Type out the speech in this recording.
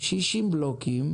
של 60 בלוקים